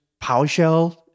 PowerShell